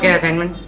yeah assignment